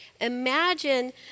Imagine